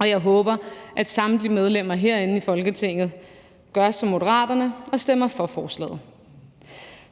Jeg håber, at samtlige medlemmer herinde i Folketinget gør som Moderaterne og stemmer for forslaget,